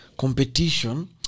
Competition